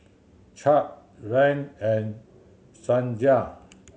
Chadd Rahn and Sonja